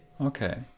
Okay